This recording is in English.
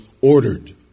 ordered